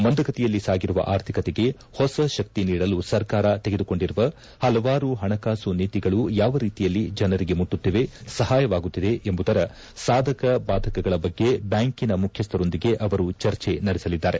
ಮಂದಗತಿಯಲ್ಲಿ ಸಾಗಿರುವ ಆರ್ಥಿಕತೆಗೆ ಹೊಸ ಶಕ್ತಿ ನೀಡಲು ಸರ್ಕಾರ ತೆಗೆದುಕೊಂಡಿರುವ ಪಲವಾರು ಪಣಕಾಸು ನೀತಿಗಳು ಯಾವ ರೀತಿಯಲ್ಲಿ ಜನರಿಗೆ ಮುಟ್ಟುತ್ತಿವೆ ಸಹಾಯವಾಗುತ್ತಿದೆ ಎಂಬುದರ ಸಾಧಕ ಬಾಧಕಗಳ ಬಗ್ಗೆ ಬ್ನಾಂಕಿನ ಮುಖ್ವಸ್ಲರೊಂದಿಗೆ ಅವರು ಚರ್ಚೆ ನಡೆಸಲಿದ್ದಾರೆ